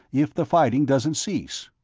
if the fighting doesn't cease.